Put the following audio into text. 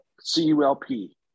C-U-L-P